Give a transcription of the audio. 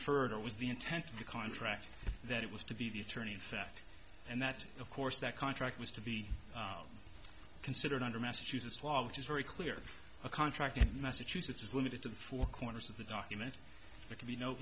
it was the intent of the contract that it was to be the attorney in fact and that of course that contract was to be considered under massachusetts law which is very clear a contract in massachusetts is limited to the four corners of the document that can be no